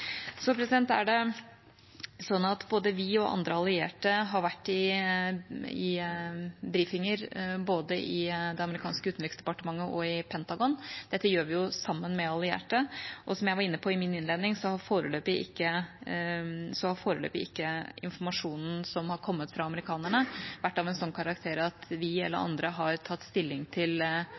Både vi og andre allierte har vært i briefinger både i det amerikanske utenriksdepartementet og i Pentagon. Dette gjør vi sammen med allierte. Og som jeg var inne på i min innledning, har informasjonen som har kommet fra amerikanerne, foreløpig ikke vært av en sånn karakter at vi eller andre har tatt stilling til